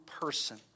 person